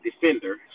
defender